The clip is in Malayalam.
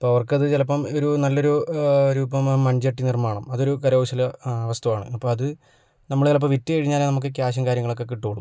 അപ്പോൾ അവർക്കത് ചിലപ്പം ഇത് ഒരു നല്ലൊരു ഒരു ഇപ്പം മൺചട്ടി നിർമ്മാണം അതൊരു കരകൗശല വസ്തുവാണ് അപ്പം അത് നമ്മൾ ചിലപ്പം വിറ്റു കഴിഞ്ഞാൽ നമുക്ക് ക്യാഷും കാര്യങ്ങളൊക്കെ കിട്ടുകയുള്ളൂ